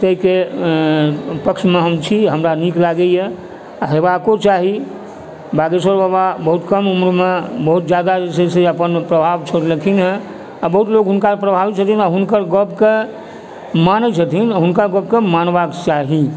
ताहिके पक्षमे हम छी हमरा नीक लागैए आओर होबाको चाही बागेश्वर बाबा बहुत कम उम्रमे बहुत जादा जे छै से अपन प्रभाव छोड़लखिन हँ आओर बहुत लोग हुनका प्रभावित छथिन आओर हुनकर गपकेँ मानैत छथिन आओर हुनका गपकेँ मानबाक चाही